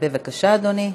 בבקשה, אדוני.